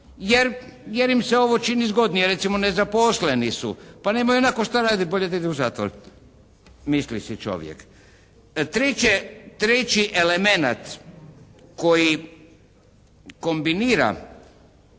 jer im se ovo čini zgodnije. Recimo nezaposleni su. Pa nemaju ionako šta raditi, bolje da ide u zatvor. Misli si čovjek. Treće, treći elemenat koji kombinira